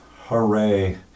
Hooray